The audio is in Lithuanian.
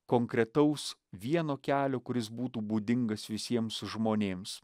konkretaus vieno kelio kuris būtų būdingas visiems žmonėms